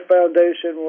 Foundation